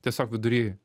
tiesiog vidury